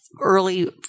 early